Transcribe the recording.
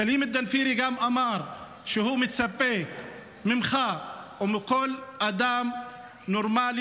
סלים אל-דנפירי גם אמר שהוא מצפה ממך ומכל אדם נורמלי